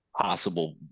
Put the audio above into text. possible